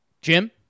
Jim